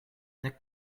nek